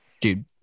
Dude